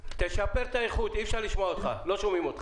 --- תשפר את האיכות, לא שומעים איתך.